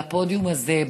על הפודיום הזה,